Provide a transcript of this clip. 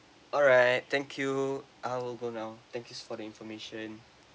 alright thank you I'll go now thank you for the information